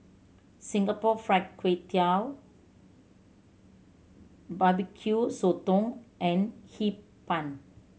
Singapore Fried Kway Tiao Barbecue Sotong and Hee Pan